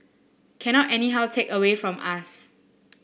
cannot anyhow take away from us